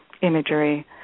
imagery